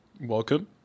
Welcome